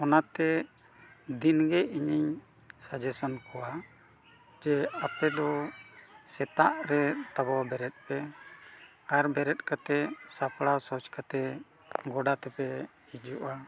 ᱚᱱᱟᱛᱮ ᱫᱤᱱ ᱜᱮ ᱤᱧᱤᱧ ᱥᱟᱡᱮᱥᱚᱱ ᱠᱚᱣᱟ ᱡᱮ ᱟᱯᱮ ᱫᱚ ᱥᱮᱛᱟᱜ ᱨᱮ ᱛᱟᱵᱚ ᱵᱮᱨᱮᱫ ᱯᱮ ᱟᱨ ᱵᱮᱨᱮᱫ ᱠᱟᱛᱮᱫ ᱥᱟᱯᱲᱟᱣ ᱥᱟᱡᱽ ᱠᱟᱛᱮᱫ ᱜᱚᱰᱟ ᱛᱮᱯᱮ ᱦᱤᱡᱩᱜᱼᱟ